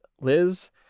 Liz